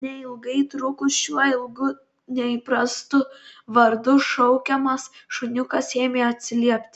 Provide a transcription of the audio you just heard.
neilgai trukus šiuo ilgu neįprastu vardu šaukiamas šuniukas ėmė atsiliepti